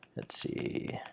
let's see.